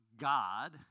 God